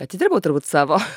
atidirbau turbūt savo